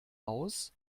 aus